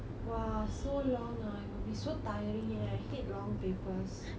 !wah! so long ah you will be so tiring eh I hate long papers